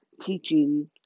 Teaching